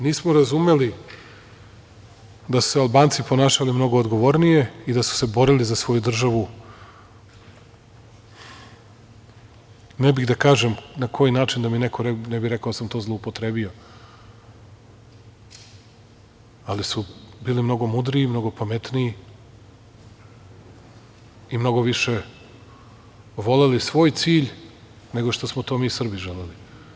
Nismo razumeli da su se Albanci ponašali mnogo odgovornije i da su se borili za svoju državu, ne bih da kažem na koji način da mi neko ne bi rekao da sam to zloupotrebio, ali su bili mnogo mudriji i mnogo pametniji i mnogo više voleli svoj cilj, nego što smo to mi Srbi želeli.